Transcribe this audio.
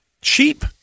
cheap